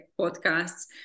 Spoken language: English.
podcasts